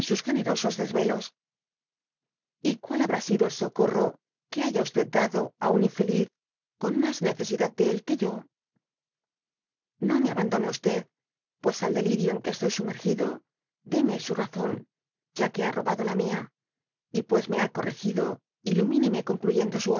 generosos desvelos y coal habrá fido el socorro qae haya dado á un infeliz con mas neoesidad de él qoe yo no nie abandone paes al delirio en que estoy sumergido déme su raion ya que ha robado la mía y pues me ha corregido ilmaineme concluyendo su